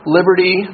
Liberty